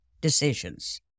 decisions